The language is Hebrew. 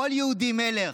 כל יהודי מלך.